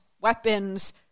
weapons